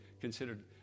considered